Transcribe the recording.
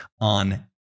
on